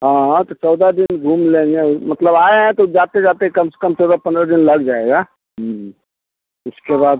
हाँ तो चौदह दिन घूम लेंगे मतलब आए हैं तो जाते जाते कम से कम चौदह पन्द्रह दिन लग जाएगा उसके बाद